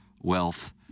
Wealth